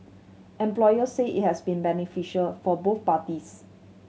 employers said it has been beneficial for both parties